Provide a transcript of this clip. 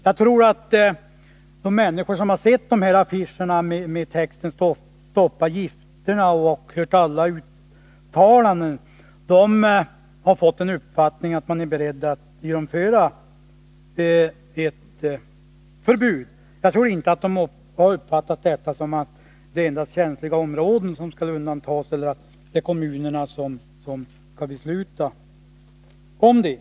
Jag tror att de människor som har sett affischerna med texten ”Stoppa gifterna” och som har hört alla uttalanden har fått uppfattningen att man är beredd att genomföra ett förbud. Jag tror inte att de har uppfattat detta så att det endast är känsliga områden som skall undantas eller att det är kommunerna som skall besluta om det.